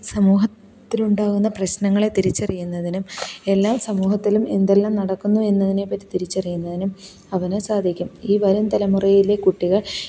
സമൂഹത്തിലുണ്ടാവുന്ന പ്രശ്നങ്ങളെ തിരിച്ചറിയുന്നതിനും എല്ലാം സമൂഹത്തിലും എന്തെല്ലാം നടക്കുന്നു എന്നതിനെപ്പറ്റി തിരിച്ചറിയുന്നതിനും അവന് സാധിക്കും ഈ വരും തലമുറയിലെ കുട്ടികള്